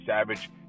Savage